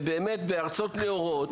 בארצות נאורות,